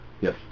Yes